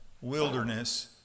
wilderness